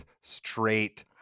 straight